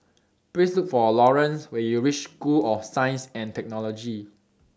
Please Look For Laurance when YOU REACH School of Science and Technology